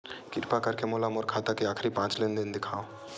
किरपा करके मोला मोर खाता के आखिरी पांच लेन देन देखाव